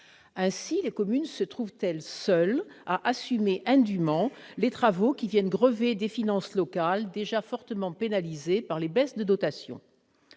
Ainsi les communes se retrouvent-elles seules à assumer indûment des travaux qui viennent grever des finances locales déjà fortement pénalisées par les baisses de dotation. À